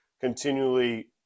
continually